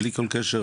בלי כל קשר,